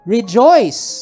Rejoice